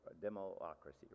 Democracy